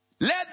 Let